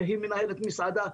שהיא מנהלת מסעדה,